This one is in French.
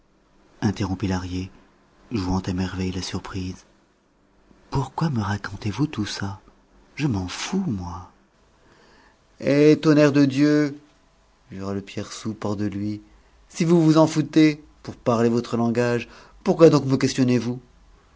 interrompit lahrier jouant à merveille la surprise pourquoi me racontez vous tout ça je m'en fous moi eh tonnerre de dieu jura le père soupe hors de lui si vous vous en foutez pour parler votre langage pourquoi donc me questionnez vous